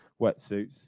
wetsuits